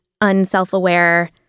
unself-aware